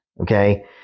Okay